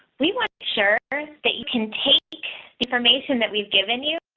we want sure that you can take information that we've given you.